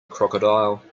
crocodile